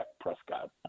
Prescott